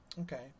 okay